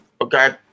okay